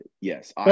yes